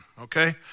okay